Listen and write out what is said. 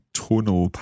tonal